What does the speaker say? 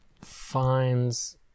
finds